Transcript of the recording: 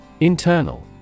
Internal